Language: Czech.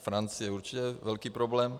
Francie určitě velký problém.